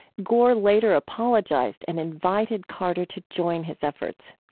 gore later apologized and invited carter to join his efforts.